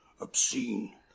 obscene